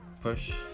Push